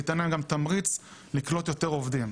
שייתן להם גם תמריץ לקלוט יותר עובדים,